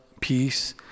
peace